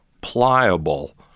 pliable